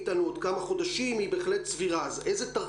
במהלך חודש מרץ הוצאנו מיקודים לבתי הספר,